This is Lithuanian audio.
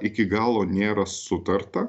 iki galo nėra sutarta